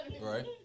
Right